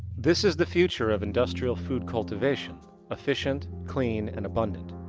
this is the future of industrial food cultivation efficient, clean and abundant.